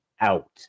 out